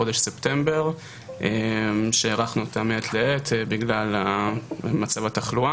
בדיון הראשון על מתווה הסיוע שכבר אושר לענף התיירות.